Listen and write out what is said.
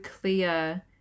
clear